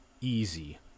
easy